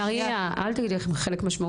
מריה, אל תגידי חלק משמעותי.